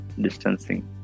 distancing